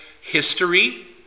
history